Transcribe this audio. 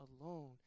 alone